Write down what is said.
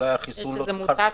שאולי --- יש איזו מוטציה.